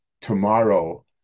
tomorrow